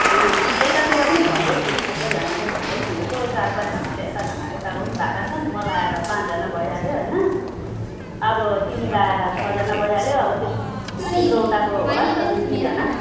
अँ अँ यतातिर पनि भन्दैछन् सबैजनाले भन्दैछन् यसो चार पाँचजना त जान यताको पनि भएका छन् म लगाएर पाँचजना भइहालियो होइन अब तिमी लगाएर छजना भइहालियो अब तिम तिम्रो उताको होला नि त दुई तिनजना